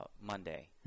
Monday